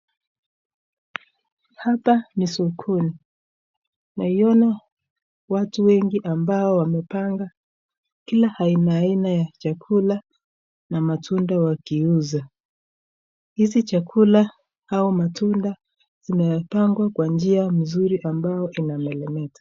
Hapa ni sokoni, naiona watu wengi ambao wamepanga kila aina aina ya chakula na matunda wakiuza. Hizi chakula hayo matunda imepangwa kwa njia nzuri ambayo inameremeta.